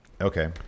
Okay